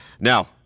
Now